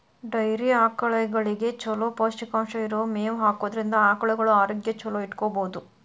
dairy ಆಕಳಗಳಿಗೆ ಚೊಲೋ ಪೌಷ್ಟಿಕಾಂಶ ಇರೋ ಮೇವ್ ಹಾಕೋದ್ರಿಂದ ಆಕಳುಗಳ ಆರೋಗ್ಯ ಚೊಲೋ ಇಟ್ಕೋಬಹುದು